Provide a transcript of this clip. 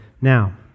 now